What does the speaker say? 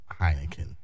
Heineken